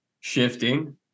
Shifting